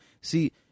See